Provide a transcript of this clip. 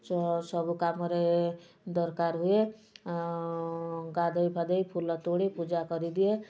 ସବୁ କାମରେ ଦରକାର ହୁଏ ଗାଧୋଇ ପାଧୋଇ ଫୁଲ ତୋଳି ପୂଜା କରି ଦିଏ